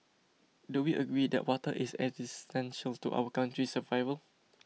do we agree that water is existential to our country's survival